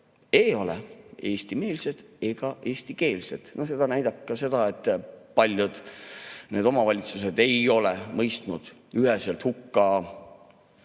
ei ole eestimeelsed ega eestikeelsed. Seda näitab ka see, et paljud omavalitsused ei ole mõistnud üheselt hukka